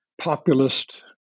populist